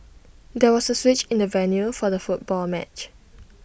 there was A switch in the venue for the football match